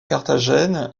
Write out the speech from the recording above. carthagène